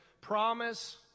promise